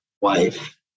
wife